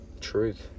truth